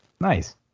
Nice